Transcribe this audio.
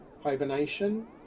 hibernation